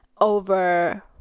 over